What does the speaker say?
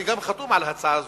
גם אני חתום על הצעה זו,